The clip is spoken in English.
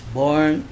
born